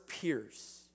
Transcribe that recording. pierce